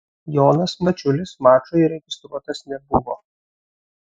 jonas mačiulis mačui registruotas nebuvo